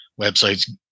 website's